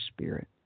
spirit